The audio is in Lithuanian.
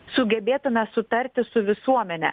sugebėtume sutarti su visuomene